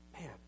Man